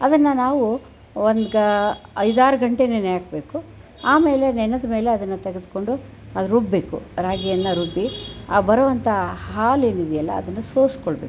ಅದನ್ನು ನಾವು ಒಂದು ಐದಾರು ಗಂಟೆ ನೆನೆಹಾಕ್ಬೇಕು ಆಮೇಲೆ ನೆನೆದಮೇಲೆ ಅದನ್ನು ತೆಗೆದ್ಕೊಂಡು ರುಬ್ಬಬೇಕು ರಾಗಿಯನ್ನು ರುಬ್ಬಿ ಆ ಬರುವಂಥ ಹಾಲೇನಿದೆಯಲ್ಲ ಅದನ್ನು ಸೋಸಿಕೊಳ್ಬೇಕು